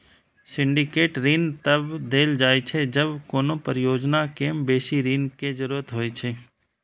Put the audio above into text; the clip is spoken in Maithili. सिंडिकेट ऋण तब देल जाइ छै, जब कोनो परियोजना कें बेसी ऋण के जरूरत होइ छै